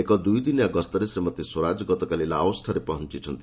ଏକ ଦୁଇଦିନିଆ ଗସ୍ତରେ ଶ୍ରୀମତୀ ସ୍ୱରାଜ ଗତକାଲି ଲାଓସଠାରେ ପହଞ୍ଚ୍ଚନ୍ତି